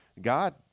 God